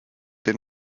den